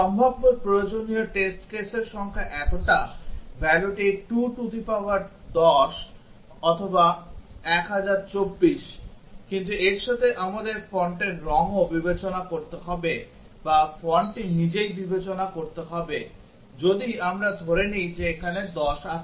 সম্ভাব্য প্রয়োজনীয় test case এর সংখ্যা এতটা valueটি 2 টু দি পাওয়ার 10 অথবা 1024 কিন্তু এর সাথে আমাদের ফন্টের রঙও বিবেচনা করতে হবে বা ফন্টটি নিজেই বিবেচনা করতে হবে যদি আমরা ধরে নিই যে এখানে 10 আছে